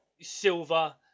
Silver